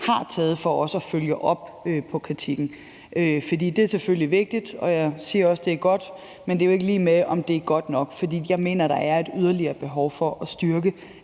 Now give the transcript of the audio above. har taget for at følge op på kritikken. For det er selvfølgelig vigtigt, og jeg siger også, at det er godt, men det er jo ikke lige med, om det er godt nok. For jeg mener, at der er et yderligere behov for at styrke